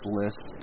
list